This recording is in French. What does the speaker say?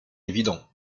évident